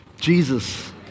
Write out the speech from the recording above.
Jesus